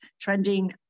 trending